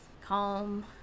Calm